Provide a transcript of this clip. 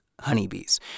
honeybees